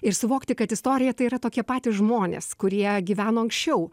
ir suvokti kad istorija tai yra tokie patys žmonės kurie gyveno anksčiau